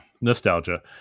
nostalgia